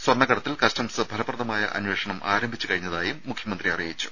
സ്വർണ്ണക്കടത്തിൽ customs ഫലപ്രദമായ അന്വേഷണം ആരംഭിച്ച് കഴിഞ്ഞതായും മുഖ്യമന്ത്രി അറിയിച്ചു